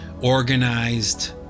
organized